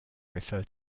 refer